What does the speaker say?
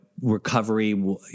recovery